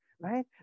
Right